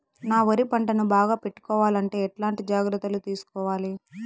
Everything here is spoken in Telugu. నా వరి పంటను బాగా పెట్టుకోవాలంటే ఎట్లాంటి జాగ్రత్త లు తీసుకోవాలి?